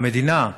המדינה,